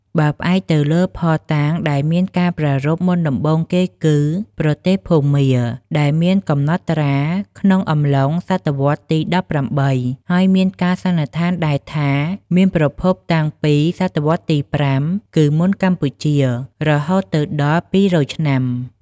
បើផ្អែកទៅលើភស្តុតាងដែលមានការប្រារព្ធ មុនដំបូងគេគឺ ប្រទេសភូមា ដែលមានកំណត់ត្រា ក្នុងអំឡុង សតវត្ស ទី១៨ ហើយមានការសន្និដ្ឋានដែលថា មានប្រភពតាំងពី ស.វទី៥ គឺមុនកម្ពុជា រហូតទៅដល់ ២០០ ឆ្នាំ។